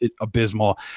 abysmal